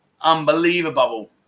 unbelievable